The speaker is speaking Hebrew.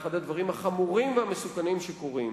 אחד הדברים החמורים והמסוכנים שקורים